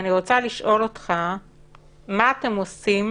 ואני רוצה לשאול אותך מה אתם עושים